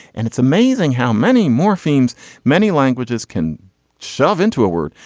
and it's amazing how many morphemes many languages can shove into a word.